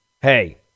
Hey